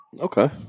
Okay